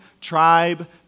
tribe